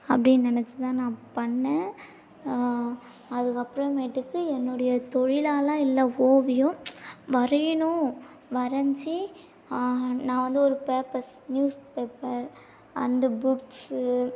அப்படின்னு நினச்சு தான் நான் பண்ணேன் அதுக்கப்புறமேட்டுக்கு என்னுடைய தொழிலாலாம் இல்லை ஓவியம் வரையணும் வரைஞ்சி நான் வந்து ஒரு papers newspaper and books